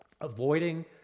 avoiding